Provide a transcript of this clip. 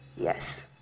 yes